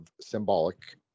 symbolic